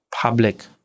public